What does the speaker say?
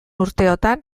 urteotan